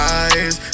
eyes